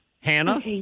Hannah